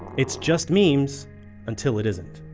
it's just memes until it isn't